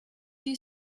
you